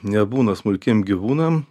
nebūna smulkiem gyvūnam